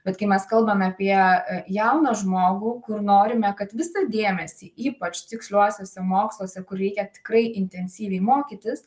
bet kai mes kalbam apie jauną žmogų kur norime kad visą dėmesį ypač tiksliuosiuose moksluose kur reikia tikrai intensyviai mokytis